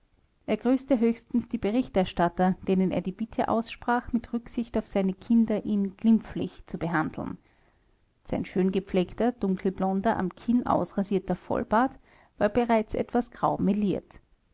er grüßte höchstens die berichterstatter denen er die bitte aussprach mit rücksicht auf seine kinder ihn glimpflich zu behandeln sein schön gepflegter dunkelblonder am kinn ausrasierter vollbart war bereits etwas grau meliert